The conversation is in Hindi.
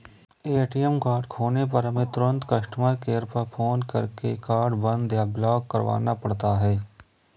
ए.टी.एम कार्ड खोने पर हमें तुरंत कस्टमर केयर पर फ़ोन करके कार्ड बंद या ब्लॉक करवाना पड़ता है